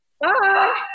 Bye